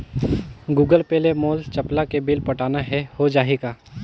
Google Pay ले मोल चपला के बिल पटाना हे, हो जाही का?